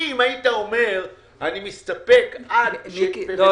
אם היית אומר אני מסתפק עד --- לא,